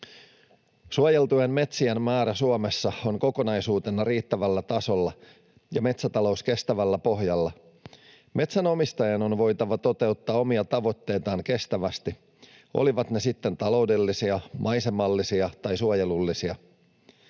Suojeltujen metsien määrä Suomessa on kokonaisuutena riittävällä tasolla ja metsätalous kestävällä pohjalla. Metsänomistajan on voitava toteuttaa omia tavoitteitaan kestävästi, olivat ne sitten taloudellisia, maisemallisia tai suojelullisia.